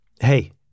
Hey